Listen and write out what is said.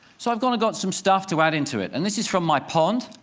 so i've gone and got some stuff to add into it. and this is from my pond.